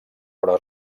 però